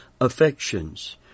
affections